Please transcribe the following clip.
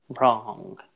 Wrong